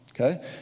Okay